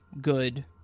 good